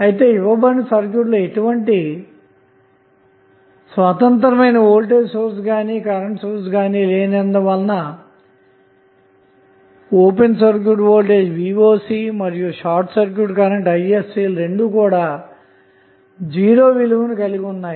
అయితే ఇవ్వబడిన సర్క్యూట్ లో ఎటువంటి స్వతంత్రమైన వోల్టేజ్ సోర్స్ గాని కరెంటు సోర్స్ గాని లేనందువలన vocమరియు isc లు కూడా '0' విలువను కలిగి ఉంటాయి